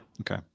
Okay